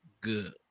good